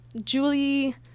Julie